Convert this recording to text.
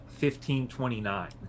1529